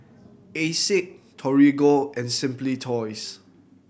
Asics Torigo and Simply Toys